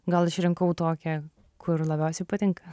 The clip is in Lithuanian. gal išrinkau tokią kur labiausiai patinka